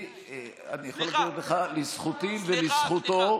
אני יכול להגיד לך, לזכותי ולזכותו,